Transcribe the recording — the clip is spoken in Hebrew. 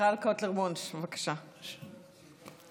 אלקטרוניות המכילות ניקוטין וחומרי טעם אך